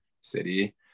city